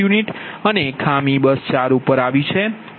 u અને ખામી બસ 4 પર આવી છે